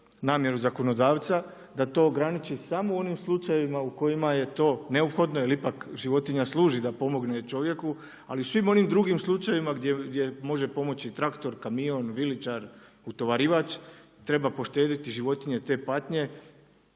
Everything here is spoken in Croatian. namjeru zakonodavca da to ograniči samo u onim slučajevima u kojima je to neophodno jel ipak životinja služi da pomogne čovjeku, ali u svim onim drugim slučajevima gdje može pomoći traktor, kamion, viličar, utovarivač treba poštedjeti životinje te patnje